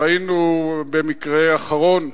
ראינו במקרה האחרון,